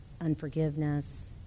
unforgiveness